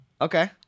Okay